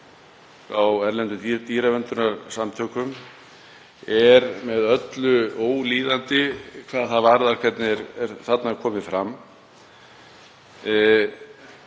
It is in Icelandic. frá erlendum dýraverndarsamtökum er með öllu ólíðandi hvað það varðar hvernig þarna er komið fram.